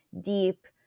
deep